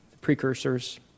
precursors